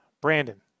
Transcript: Brandon